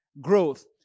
growth